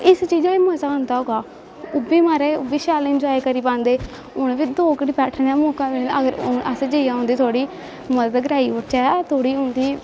इस चीजा च मजा आंदा होगा उब्बी महाराज शैल इंजाए करी पांदे उ'नें बी दो घड़ी बैठने दा मौका मिलदा अगर असें जाइयै उं'दी थोह्ड़ी मदद कराई ओड़चै थोह्ड़ी उं'दी